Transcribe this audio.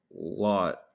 lot